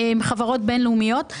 חברות בין-לאומיות.